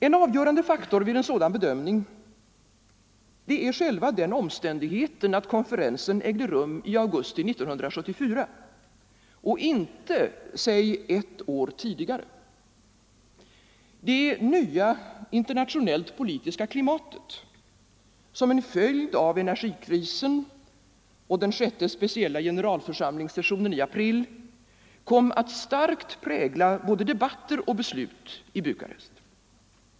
En avgörande faktor vid en sådan bedömning är själva den omständigheten att konferensen ägde rum i augusti 1974 och inte, säg ett år, tidigare. Det nya internationellt-politiska klimatet, som en följd av energikrisen och den sjätte speciella generalförsamlingssessionen i april, kom att starkt prägla både debatter och beslut i Bukarest.